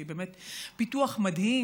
שהיא באמת פיתוח מדהים,